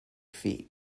feet